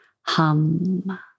HUM